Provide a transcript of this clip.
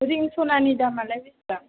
ring सनानि दामालाय बेसेबां